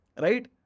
Right